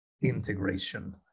integration